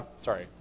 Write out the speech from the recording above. sorry